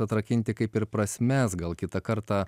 atrakinti kaip ir prasmes gal kitą kartą